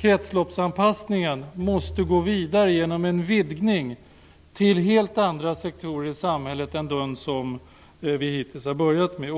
Kretsloppsanpassningen måste gå vidare genom en vidgning till helt andra sektorer i samhället än den som vi har hittills har börjat med.